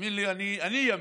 תאמין לי, אני ימין.